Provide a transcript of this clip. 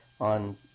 on